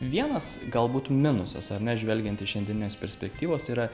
vienas galbūt minusas ar ne žvelgiant iš šiandieninės perspektyvos yra